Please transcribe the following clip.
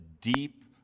deep